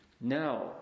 Now